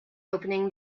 opening